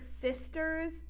sister's